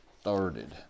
started